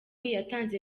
yatanze